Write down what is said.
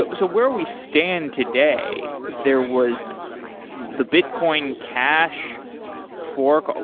ah so where we stand today, there was the the bitcoin cash fork. ah